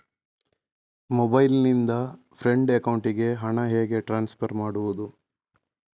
Mobile ನಿಂದ friend ಅಕೌಂಟಿಗೆ ಹಣ ಹೇಗೆ ಟ್ರಾನ್ಸ್ಫರ್ ಮಾಡುವುದು?